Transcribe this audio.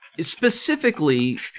specifically